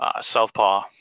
Southpaw